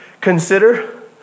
consider